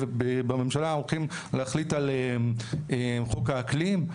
בממשלה רוצים להחליט על חוק האקלים.